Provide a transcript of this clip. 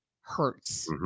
hurts